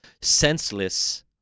senseless